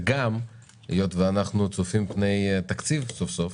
וגם, היות ואנחנו צופים פני התקציב סוף-סוף,